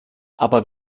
aber